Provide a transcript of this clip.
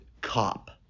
cop